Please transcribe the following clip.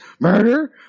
murder